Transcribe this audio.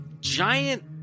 giant